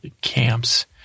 camps